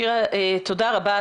שירה, תודה רבה.